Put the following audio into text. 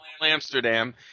Amsterdam